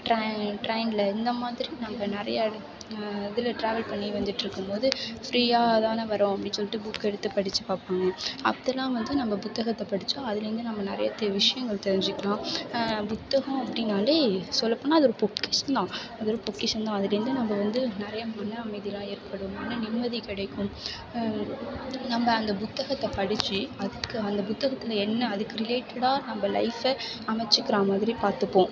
drain ட்ரைனில் இந்தமாதிரி நம்ம நிறைய எடத் இதில் ட்ராவல் பண்ணி வந்துகிட்ருக்கும் போது ஃப்ரீயாக தானே வரோம் அப்படி சொல்லிட்டு புக்கை எடுத்து படித்து பார்ப்போமே அதெல்லாம் வந்து நம்ம புத்தகத்தை படித்தா அதுலேருந்து நம்ம நிறைய விஷயங்கள் தெரிஞ்சுக்கலாம் புத்தகம் அப்படின்னாலே சொல்லப்போனால் அது ஒரு பொக்கிஷம்தான் அது ஒரு பொக்கிஷம்தான் அதுலேருந்து நம்ம வந்து நிறைய மன அமைதியெல்லாம் ஏற்படும் மன நிம்மதி கிடைக்கும் நம்ம அந்த புத்தகத்தை படித்து அதுக்கு அந்து புத்தகத்தில் என்ன அதுக்கு ரிலேட்டடாக நம்ம லைஃபை அமைச்சுக்கிறா மாதிரி பார்த்துப்போம்